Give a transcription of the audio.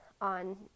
on